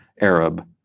Arab